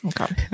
okay